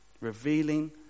Revealing